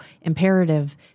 imperative